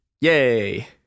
Yay